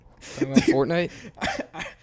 Fortnite